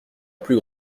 plus